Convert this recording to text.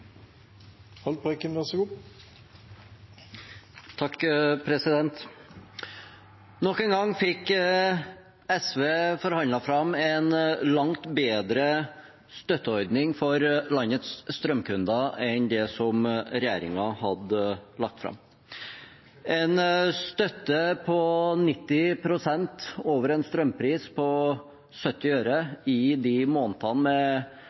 fram en langt bedre støtteordning for landets strømkunder enn det som regjeringen hadde lagt fram. En støtte på 90 pst. over en strømpris på 70 øre per kilowattime i de månedene